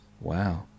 Wow